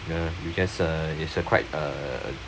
hmm you just uh it's quite a